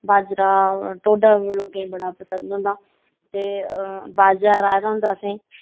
बाजरा टोडा लोकें गी बड़ा पसंद होंदा ते बाजरा राहे दा होंदा असें